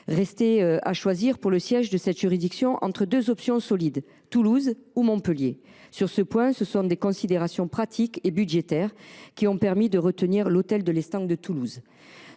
Restait à choisir pour le siège de cette juridiction entre deux options solides : Toulouse ou Montpellier. Sur ce point, ce sont des considérations pratiques et budgétaires qui ont permis de retenir l’Hôtel de Lestang, à Toulouse.